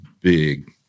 big